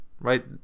right